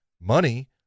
money